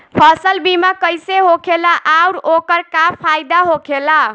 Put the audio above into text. फसल बीमा कइसे होखेला आऊर ओकर का फाइदा होखेला?